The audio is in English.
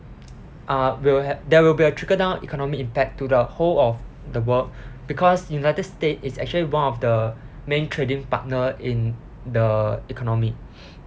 uh will ha~ there will be a trickle down economic impact to the whole of the world because united states is actually one of the main trading partner in the economy